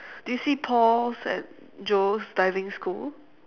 do you see Paul's and Joe's diving school